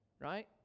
right